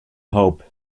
hope